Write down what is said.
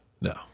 No